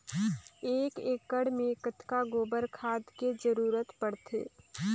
एक एकड़ मे कतका गोबर खाद के जरूरत पड़थे?